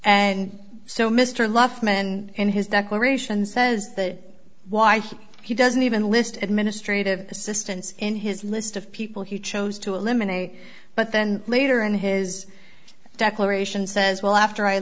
and so mr love him and his declaration says that why he he doesn't even list administrative assistants in his list of people who chose to eliminate but then later in his declaration says well after i